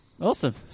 Awesome